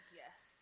yes